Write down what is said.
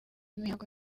mihango